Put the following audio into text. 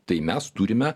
tai mes turime